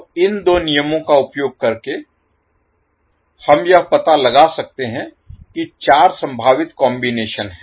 तो इन 2 नियमों का उपयोग करके हम यह पता लगा सकते हैं कि 4 संभावित कॉम्बिनेशन हैं